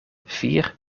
vier